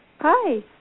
Hi